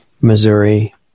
Missouri